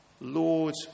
Lord